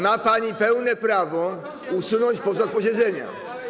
ma pani pełne prawo usunąć posła z posiedzenia.